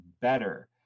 better